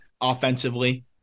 offensively